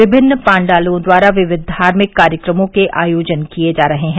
विमिन्न पाण्डलों द्वारा विक्वि धार्मिक कार्यक्रमों के आयोजन किए जा रहे हैं